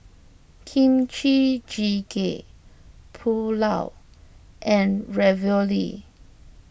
Kimchi Jjigae Pulao and Ravioli